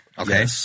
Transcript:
Okay